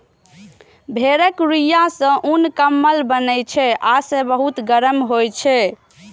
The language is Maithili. भेड़क रुइंया सं उन, कंबल बनै छै आ से बहुत गरम होइ छै